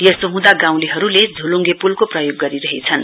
यसो हुँदा गाउँलेहरूले झोलुगे पुलको प्रयोग गरिरहेछन्